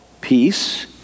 peace